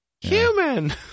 Human